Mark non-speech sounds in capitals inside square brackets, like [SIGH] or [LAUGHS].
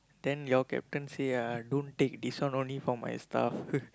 then your captain say uh don't take this one only for my staff [LAUGHS]